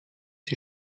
die